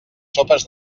sopes